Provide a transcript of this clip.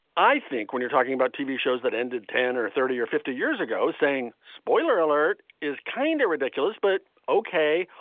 i think when you're talking about tv shows that ended ten or thirty or fifty years ago saying spoiler alert is kinda kind of ridiculous, but okay.